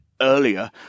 earlier